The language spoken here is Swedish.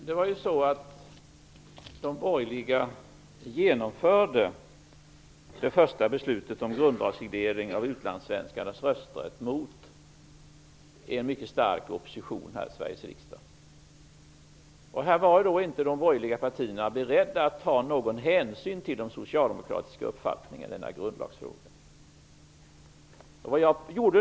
Fru talman! De borgerliga genomförde det första beslutet om en grundlagsreglering av utlandssvenskarnas rösträtt mot en mycket stark oppositions vilja här i Sveriges riksdag. De borgerliga partierna var inte beredda att ta någon hänsyn till den socialdemokratiska uppfattningen i denna grundlagsfråga.